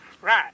Right